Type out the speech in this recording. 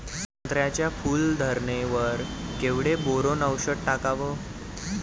संत्र्याच्या फूल धरणे वर केवढं बोरोंन औषध टाकावं?